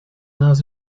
nas